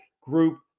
group